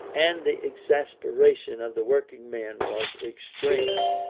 and the exasperation of the working men was extreme.